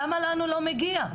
למה לנו לא מגיע?